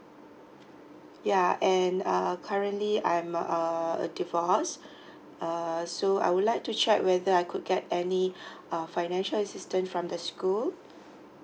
ya and uh currently I'm a divorced err so I would like to check whether I could get any uh financial assistance from the school